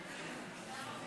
עברה.